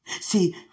See